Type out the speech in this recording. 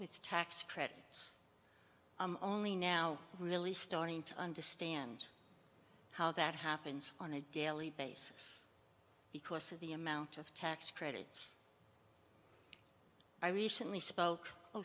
with tax credits only now really starting to understand how that happens on a daily basis because of the amount of tax credits i recently spoke o